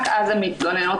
רק אז הן מתלוננות.